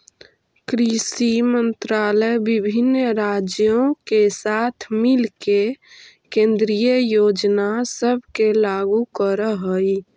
कृषि मंत्रालय विभिन्न राज्यों के साथ मिलके केंद्रीय योजना सब के लागू कर हई